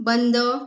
बंद